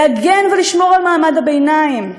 להגן ולשמור על מעמד הביניים,